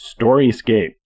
Storyscape